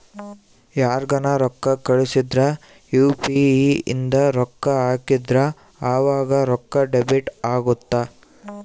ಯಾರ್ಗನ ರೊಕ್ಕ ಕಳ್ಸಿದ್ರ ಯು.ಪಿ.ಇ ಇಂದ ರೊಕ್ಕ ಹಾಕಿದ್ರ ಆವಾಗ ರೊಕ್ಕ ಡೆಬಿಟ್ ಅಗುತ್ತ